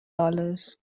dollars